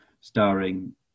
starring